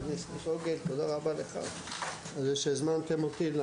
חבר הכנסת פוגל, תודה רבה לך על זה שהזמנתם אותי.